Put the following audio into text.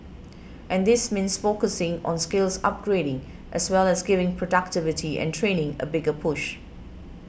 and this means focusing on skills upgrading as well as giving productivity and training a bigger push